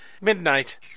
Midnight